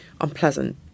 unpleasant